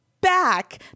back